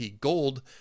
Gold